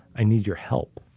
i need your help.